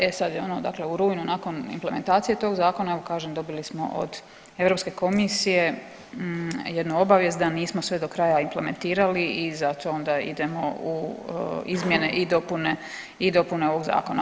E sad je ono dakle u rujnu nakon implementacije tog zakona evo kažem dobili smo od Europske komisije jednu obavijest da nismo sve do kraja implementirali i zato onda idemo u izmjene i dopune ovog zakona.